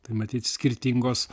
tai matyt skirtingos